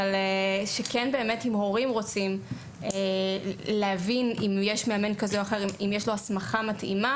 אבל צריך שאם הורים רוצים להבין אם יש למאמן כזה או אחר הסמכה מתאימה